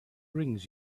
brings